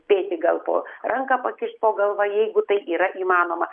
spėti gal po ranką pakišt po galva jeigu tai yra įmanoma